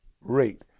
rate